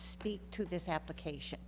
speak to this application